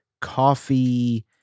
coffee